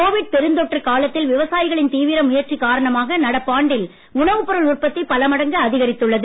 Covid பெருந்தொற்று காலகட்டத்தில் விவசாயிகளின் தீவிர முயற்சி காரணமாக நடப்பு ஆண்டில் உணவுப் பொருள் உற்பத்தி பலமடங்கு அதிகரித்துள்ளது